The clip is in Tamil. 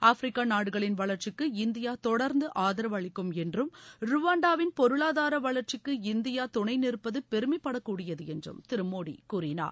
ஆப்பிரிக்க நாடுகளின் வளர்ச்சிக்கு இந்தியா தொடர்ந்து ஆதரவு அளிக்கும் என்றும் ருவாண்டாவின் பொருளாதார வளர்ச்சிக்கு இந்தியா துணை நிற்பது பெருமைபடக்கூடியது என்று திரு மோடி கூறினார்